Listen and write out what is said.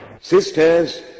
sisters